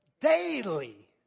daily